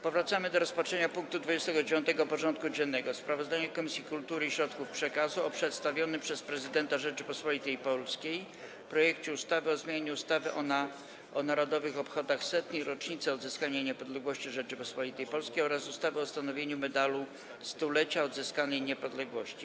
Powracamy do rozpatrzenia punktu 29. porządku dziennego: Sprawozdanie Komisji Kultury i Środków Przekazu o przedstawionym przez Prezydenta Rzeczypospolitej Polskiej projekcie ustawy o zmianie ustawy o Narodowych Obchodach Setnej Rocznicy Odzyskania Niepodległości Rzeczypospolitej Polskiej oraz ustawy o ustanowieniu Medalu Stulecia Odzyskanej Niepodległości.